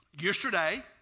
Yesterday